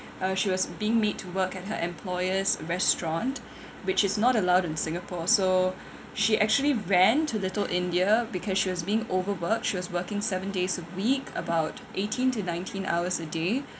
uh she was being made to work at her employer's restaurant which is not allowed in singapore so she actually ran to little india because she was being over worked she was working seven days a week about eighteen to nineteen hours a day